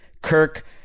Kirk